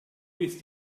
ist